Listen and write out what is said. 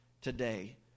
today